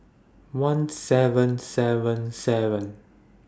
one seven seven seven